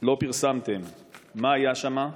לא פרסמתם מה היה שם.